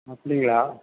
அப்படிங்களா